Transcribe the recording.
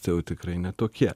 tai jau tikrai ne tokie